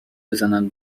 بزنن